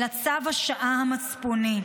אלא צו השעה המצפוני.